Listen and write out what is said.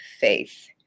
faith